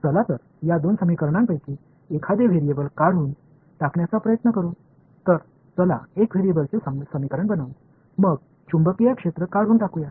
चला तर या दोन समीकरणांपैकी एखादे व्हेरिएबल्स काढून टाकण्याचा प्रयत्न करू तर चला एक व्हेरिएबलचे समीकरण बनवू मग चुंबकीय क्षेत्र काढून टाकूया